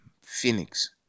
Phoenix